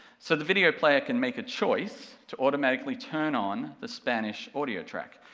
so the video player can make a choice to automatically turn on the spanish audio track.